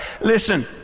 Listen